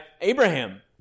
Abraham